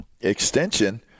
extension